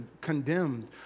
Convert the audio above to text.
condemned